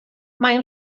mae